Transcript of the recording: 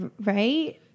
Right